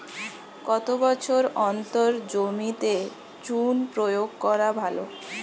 কত বছর অন্তর জমিতে চুন প্রয়োগ করা ভালো?